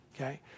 okay